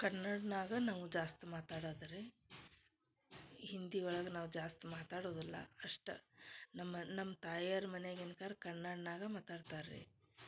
ಕನ್ನಡ್ನಾಗ ನಾವು ಜಾಸ್ತಿ ಮಾತಾಡೋದು ರೀ ಹಿಂದಿ ಒಳಗ ನಾವು ಜಾಸ್ತಿ ಮಾತಾಡೋದಿಲ್ಲ ಅಷ್ಟ ನಮ್ಮ ನಮ್ಮ ತಾಯಿಯವರ್ ಮನೆಗಿನ್ಕರ ಕನ್ನಡ್ನಾಗ ಮಾತಾಡ್ತಾರೆ ರೀ